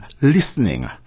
listening